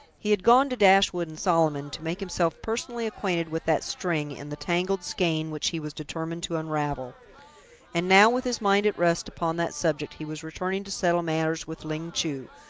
he had gone to dashwood and solomon to make himself personally acquainted with that string in the tangled skein which he was determined to unravel and now, with his mind at rest upon that subject, he was returning to settle matters with ling chu,